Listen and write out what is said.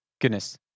goodness